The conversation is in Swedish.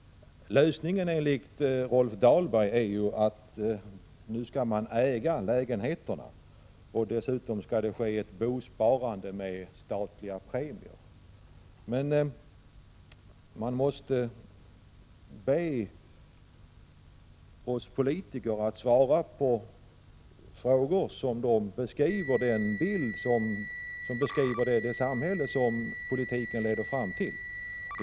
Lösningen enligt Rolf Dahlberg är att äga sin lägenhet och dessutom skall det ske ett bosparande med statliga premier. Men man måste alltid be politiker att svara på frågor och beskriva sin bild av det samhälle som deras politik leder fram till.